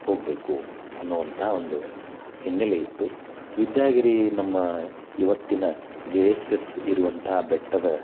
ಹೋಗಬೇಕು ಅನ್ನುವಂಥ ಒಂದು ಹಿನ್ನೆಲೆಯಿತ್ತು ವಿದ್ಯಾಗಿರಿ ನಮ್ಮ ಇವತ್ತಿನ ಜೆ ಎಸ್ ಎಸ್ ಇರುವಂಥ ಬೆಟ್ಟದ